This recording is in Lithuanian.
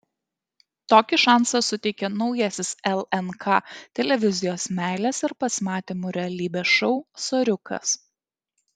tokį šansą suteikia naujasis lnk televizijos meilės ir pasimatymų realybės šou soriukas